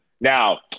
Now